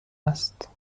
است